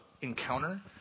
encounter